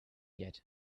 yet